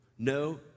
No